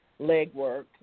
legwork